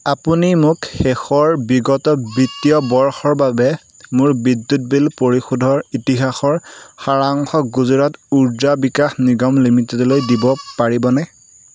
আপুনি মোক শেষৰ বিগত বিত্তীয় বৰ্ষৰ বাবে মোৰ বিদ্যুৎ বিল পৰিশোধৰ ইতিহাসৰ সাৰাংশ গুজৰাট উৰ্জা বিকাশ নিগম লিমিটেডলৈ দিব পাৰিবনে